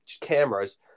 cameras